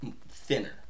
thinner